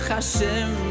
Hashem